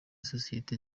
sosiyeti